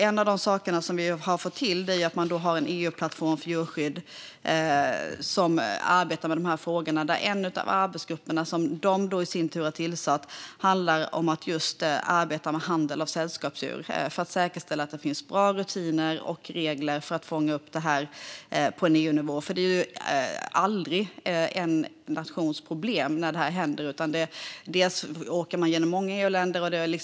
En av de saker som vi har fått till är en EU-plattform för djurskydd, där man arbetar med dessa frågor. En av arbetsgrupperna där, som man i sin tur har tillsatt, arbetar just med handel med sällskapsdjur för att säkerställa att det finns bra rutiner och regler för att fånga upp det på EU-nivå. Det är nämligen aldrig en nations problem när detta händer. Man åker genom många EU-länder.